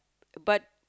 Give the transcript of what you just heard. but